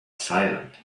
silent